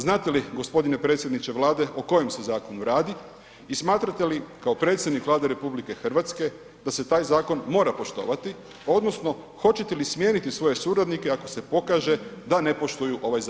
Znate li g. predsjedniče Vlade o kojem se zakonu radi i smatrate li kao predsjednik Vlade RH da se taj zakon mora poštovati odnosno hoćete li smijeniti svoje suradnike ako se pokaže da ne poštuju ovaj zakon?